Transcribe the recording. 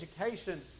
education